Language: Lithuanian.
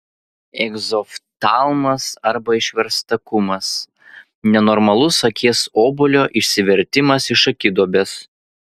egzoftalmas arba išverstakumas nenormalus akies obuolio išsivertimas iš akiduobės